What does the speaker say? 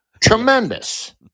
tremendous